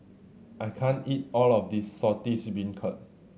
I can't eat all of this Saltish Beancurd